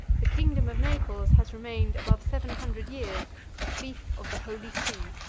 the kingdom of naples has remained above seven hundred years a fief of the holy see.